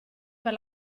per